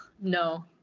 No